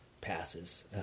passes